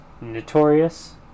notorious